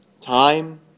time